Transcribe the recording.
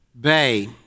bay